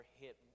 hit